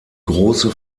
große